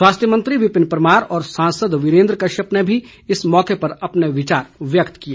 स्वास्थ्य मंत्री विपिन परमार और सांसद वीरेंद्र कश्यप ने भी अपने विचार व्यक्त किए